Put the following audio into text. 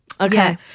Okay